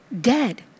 dead